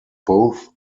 both